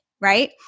right